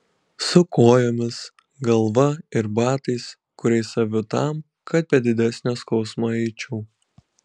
su kojomis galva ir batais kuriais aviu tam kad be didesnio skausmo eičiau